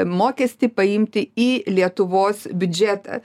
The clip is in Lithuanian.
mokestį paimti į lietuvos biudžetą